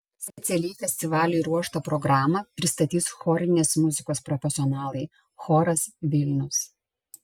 specialiai festivaliui ruoštą programą pristatys chorinės muzikos profesionalai choras vilnius